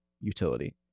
utility